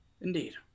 Indeed